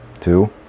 two